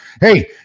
Hey